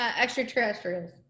extraterrestrials